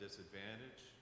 Disadvantage